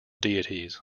deities